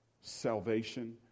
salvation